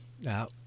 Now